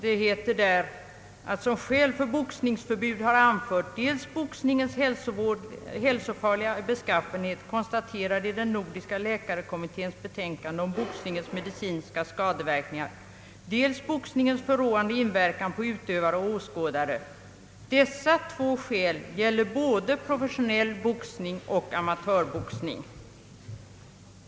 Det heter där att »som skäl för boxningsförbud har anförts dels boxningens hälsofarliga beskaffenhet, konstaterad i den nordiska läkarkommitténs betänkande om boxningens medicinska skadeverkningar, dels boxningens förråande inverkan på utövare och åskådare. Dessa två skäl gäller både professionell boxning och amatörboxning«.